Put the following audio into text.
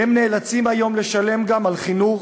נאלצים היום לשלם גם על חינוך,